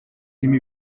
irimo